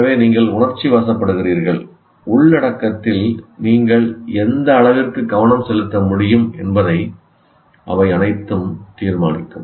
எனவே நீங்கள் உணர்ச்சிவசப்படுகிறீர்கள் உள்ளடக்கத்தில் நீங்கள் எந்த அளவிற்கு கவனம் செலுத்த முடியும் என்பதை அவை அனைத்தும் தீர்மானிக்கும்